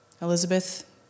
Elizabeth